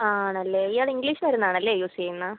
ആണല്ലേ ഇയാള് ഇംഗ്ലീഷ് മരുന്നാണല്ലേ യൂസ് ചെയ്യുന്നത്